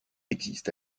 existent